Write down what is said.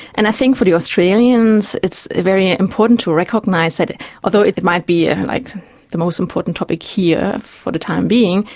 and i think for the australians it's very important to recognise that although it might be ah like the most important topic here for the time being,